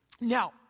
Now